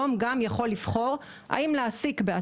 סיעוד: כבר היום הוא יכול לבחור האם להעסיק בעצמו,